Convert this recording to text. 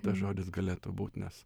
tas žodis galėtų būt nes